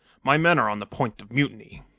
my men are on the point of mutiny.